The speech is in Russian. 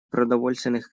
продовольственных